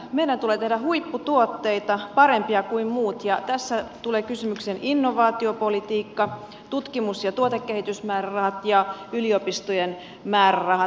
meidän tulee tehdä huipputuotteita parempia kuin muut ja tässä tulee kysymykseen innovaatiopolitiikka tutkimus ja tuotekehitysmäärärahat ja yliopistojen määrärahat